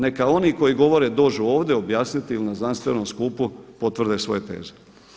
Neka oni koji govore dođu ovdje objasniti ili na znanstvenom skupu potvrde svoje teze.